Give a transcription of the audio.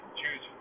choose